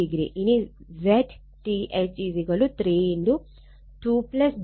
ഇനി ZTH 3 2 j 10 3 2 j 10